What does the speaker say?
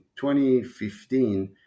2015